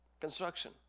construction